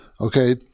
Okay